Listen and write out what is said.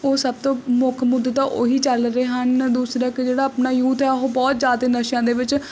ਉਹ ਸਭ ਤੋਂ ਮੁੱਖ ਮੁੱਦੇ ਤਾਂ ਉਹੀ ਚੱਲ ਰਹੇ ਹਨ ਦੂਸਰਾ ਕਿ ਜਿਹੜਾ ਆਪਣਾ ਯੂਥ ਆ ਉਹ ਬਹੁਤ ਜ਼ਿਆਦਾ ਨਸ਼ਿਆਂ ਦੇ ਵਿੱਚ